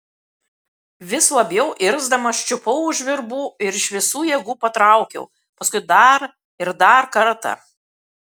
vis labiau irzdamas čiupau už virbų ir iš visų jėgų patraukiau paskui dar ir dar kartą